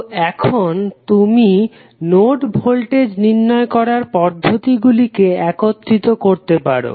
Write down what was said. তো এখন তুমি নোড ভোল্টেজ নির্ণয় করার পদ্ধতি গুলিকে একত্রিত করতে পারো